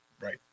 Right